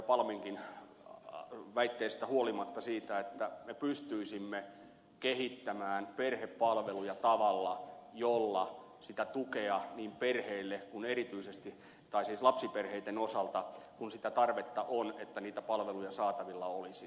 palminkin väitteistä huolimatta siinä että me pystyisimme kehittämään perhepalveluja tavalla jolla sitä tukea perheelle kun erityisesti tai lapsiperheiden osalta kun sitä tarvetta on niitä palveluja saatavilla olisi